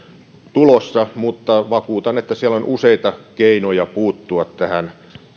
tulossa mutta vakuutan että siellä on useita keinoja puuttua tähän